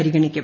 പരിഗണിക്കും